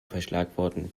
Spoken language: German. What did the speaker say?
verschlagworten